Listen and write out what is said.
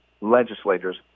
legislators